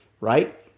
right